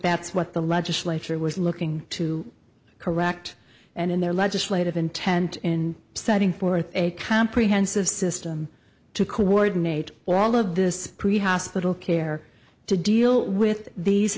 that's what the legislature was looking to correct and in their legislative intent in setting forth a comprehensive system to coordinate all of this hospital care to deal with these